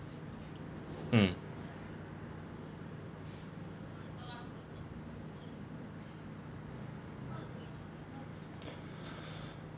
mm